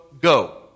go